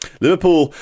Liverpool